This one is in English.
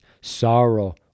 sorrow